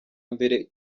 mbere